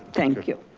thank you.